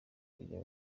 kujya